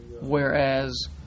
Whereas